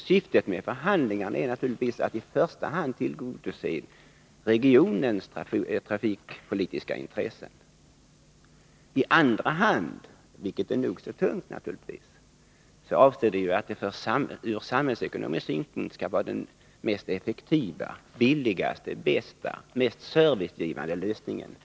Syftet med förhandlingarna är naturligtvis att i första hand tillgodose regionens trafikpolitiska intressen. I andra hand är avsikten givetvis — och det är nog så viktigt — att det från samhällsekonomisk synpunkt skall vara den bästa, effektivaste, billigaste och mest serviceinriktade lösningen.